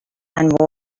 and